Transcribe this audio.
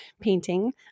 painting